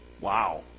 wow